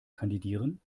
kandidieren